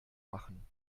machen